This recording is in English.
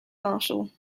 marshal